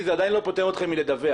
זה עדיין לא פוטר אתכם מהעברת הדוח.